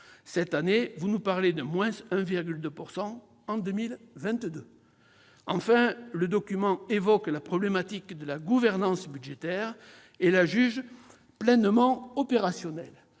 Cette année, vous nous parlez de-1,2 % en 2022. Enfin, le document évoque la problématique de la gouvernance budgétaire et la juge « pleinement opérationnelle